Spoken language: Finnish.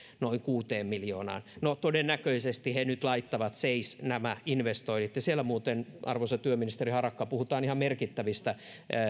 noin kuuteen miljoonaan no todennäköisesti he nyt laittavat seis nämä investoinnit ja siellä muuten arvoisa työministeri harakka puhutaan ihan merkittävistä